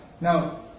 Now